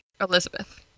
Elizabeth